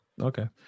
Okay